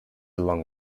along